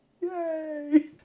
Yay